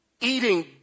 eating